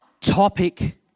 topic